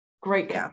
great